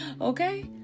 Okay